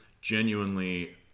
genuinely